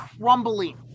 crumbling